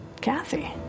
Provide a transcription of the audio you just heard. Kathy